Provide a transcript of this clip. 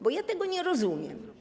Bo ja tego nie rozumiem.